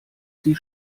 sie